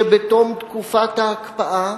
שבתום תקופת ההקפאה